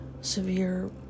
severe